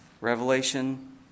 Revelation